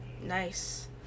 nice